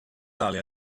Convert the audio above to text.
tale